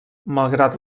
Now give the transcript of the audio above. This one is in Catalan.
malgrat